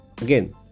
Again